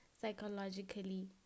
psychologically